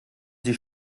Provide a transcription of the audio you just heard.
sie